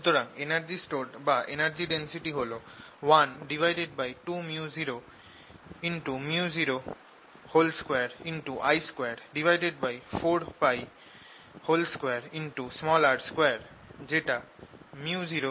সুতরাং energy stored বা energy density হল 12µo µ02I242r2 যেটা µ0I282r2